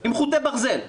עם חוטי ברזל.